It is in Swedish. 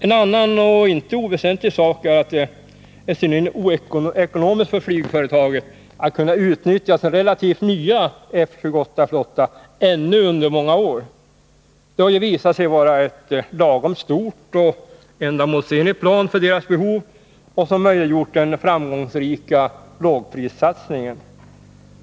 En annan och inte oväsentlig sak är att det är synnerligen ekonomiskt för 37 flygföretaget att kunna utnyttja sin relativt nya F 28-flotta ännu under många år. Det har ju visat sig vara ett lagom stort och ändamålsenligt plan för dess behov, som också möjliggjort den framgångsrika lågprissatsningen.